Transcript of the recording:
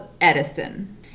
Edison